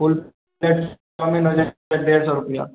फुल plate chow mein होइ जयतै डेढ़ सए रूपैआ